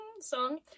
song